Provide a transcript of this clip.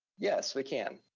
yes, we can.